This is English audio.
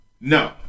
No